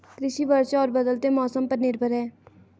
कृषि वर्षा और बदलते मौसम पर निर्भर है